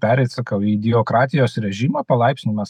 pereit sakau į diokratijos režimą palaipsniui mes